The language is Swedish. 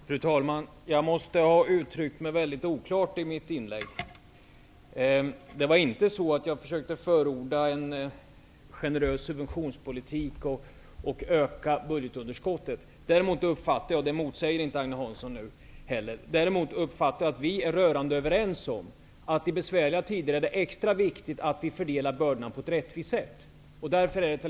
Fru talman! Jag måste ha uttryckt mig mycket oklart i mitt inlägg. Jag försökte inte förorda en generös subventionspolitik och öka budgetunder skottet. Jag uppfattar att vi är rörande överens om att det är extra viktigt att fördela bördorna på ett rättvist sätt. Det motsäger inte heller Agne Hans son.